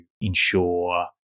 ensure